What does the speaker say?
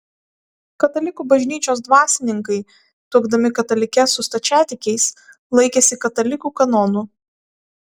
katalikų bažnyčios dvasininkai tuokdami katalikes su stačiatikiais laikėsi katalikų kanonų